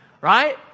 right